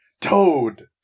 Toad